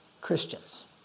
Christians